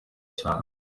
cyane